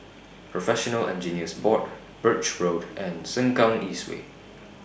Professional Engineers Board Birch Road and Sengkang East Way